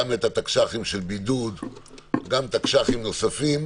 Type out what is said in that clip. גם את התקש"חים של בידוד וגם תקש"חים נוספים,